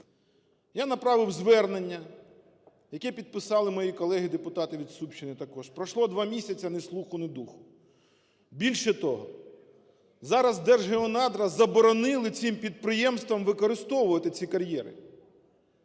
Я направив звернення, яке підписали мої колеги-депутати від Сумщини також. Пройшло два місяці – ні слуху, ні духу. Більше того, зараз Держгеонадра заборонили цім підприємствам використовувати ці кар'єри.